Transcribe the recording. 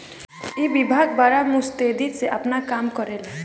ई विभाग बड़ा मुस्तैदी से आपन काम करेला